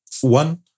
one